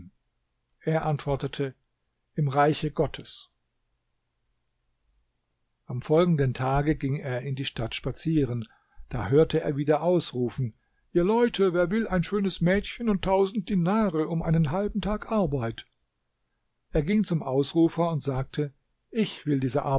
er antwortete im reiche gottes am folgenden tage ging er in die stadt spazieren da hörte er wieder ausrufen ihr leute wer will ein schönes mädchen und tausend dinare um einen halben tag arbeit er ging zum ausrufer und sagte ich will diese